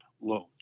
loans